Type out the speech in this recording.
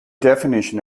definition